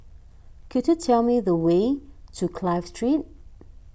could you tell me the way to Clive Street